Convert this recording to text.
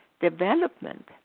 development